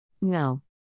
No